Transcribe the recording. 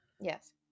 yes